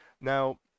Now